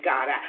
God